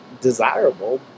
desirable